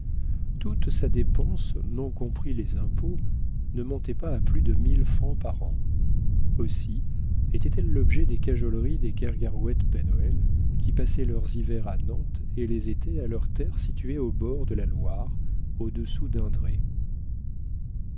toute sa dépense non compris les impôts ne montait pas à plus de mille francs par an aussi était-elle l'objet des cajoleries des kergarouët pen hoël qui passaient leurs hivers à nantes et les étés à leur terre située au bord de la loire au-dessous de